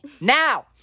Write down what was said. Now